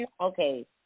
okay